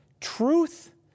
truth